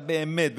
אבל באמת,